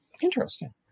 Interesting